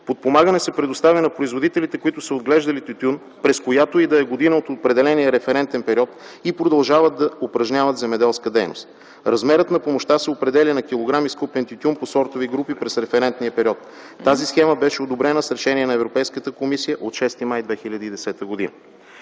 Подпомагане се предоставя на производителите, които са отглеждали тютюн, през която и да е година през определения референтен период и продължават да упражняват земеделска дейност. Размерът на помощта се определя на килограм изкупен тютюн по сортове и групи през референтния период. Тази схема беше одобрена с решение на Европейската комисия от 6 май 2010 г.